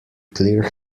clear